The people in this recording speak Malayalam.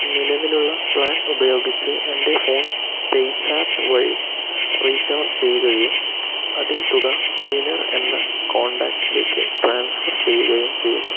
നിലവിലുള്ള പ്ലാൻ ഉപയോഗിച്ച് എൻ്റെ ഫോൺ പേയ്സാപ്പ് വഴി റീചാർജ് ചെയ്യുകയും അതേ തുക ക്ലീനർ എന്ന കോൺടാക്റ്റിലേക്ക് ട്രാൻസ്ഫർ ചെയ്യുകയും ചെയ്യുക